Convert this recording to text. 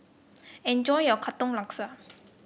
enjoy your Katong Laksa